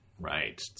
Right